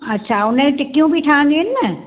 अच्छा हुन जूं टिकियूं बि ठहंदी आहिनि न